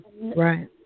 right